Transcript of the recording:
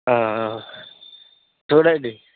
చూడండి